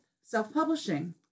self-publishing